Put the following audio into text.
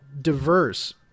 diverse